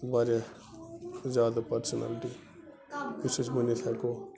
واریاہ زیادٕ پٔرسٕنیلٹی یُس أسۍ ؤنِتھ ہٮ۪کو